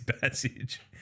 Passage